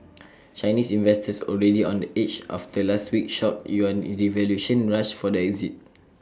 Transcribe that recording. Chinese investors already on the edge after last week's shock yuan devaluation rushed for the exit